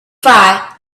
five